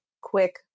quick